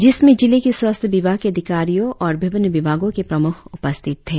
जिसमें जिले के स्वास्थ्य विभाग के अधिकारियो और विभिन्न विभागों के प्रमुख उपस्थिति थे